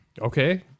Okay